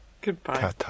goodbye